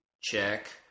check